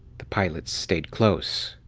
the pilots stayed close.